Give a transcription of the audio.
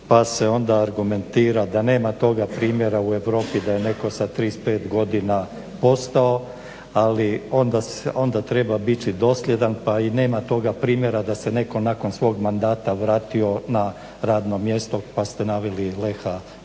pa se onda argumentira da nema toga primjera u Europi da je netko sa 35 godina postao, ali onda treba biti dosljedan pa i nema toga primjera da se netko nakon svog mandata vratio na radno mjesto. Pa ste naveli … pa